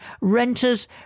renters